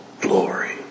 glory